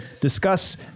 discuss